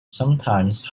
sometimes